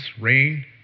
rain